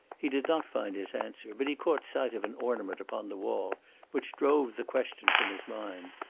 he did not find his answer, but he caught sight of an ornament upon the wall which drove the question from his mind.